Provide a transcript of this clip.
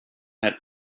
had